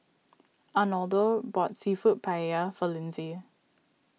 Arnoldo bought Seafood Paella for Lindsay